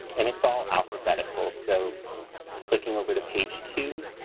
and it's all alphabetical. so clicking over to page two,